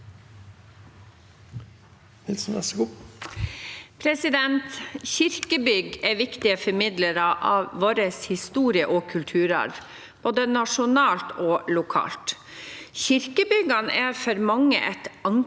Kirkebygg er viktige formidlere av vår historie og kulturarv, både lokalt og nasjonalt. Kirkebyggene er for mange et ankerfeste.